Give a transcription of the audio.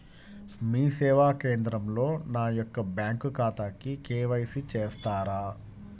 మీ సేవా కేంద్రంలో నా యొక్క బ్యాంకు ఖాతాకి కే.వై.సి చేస్తారా?